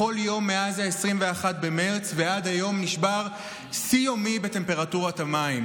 בכל יום מאז 21 במרץ ועד היום נשבר שיא יומי בטמפרטורת המים.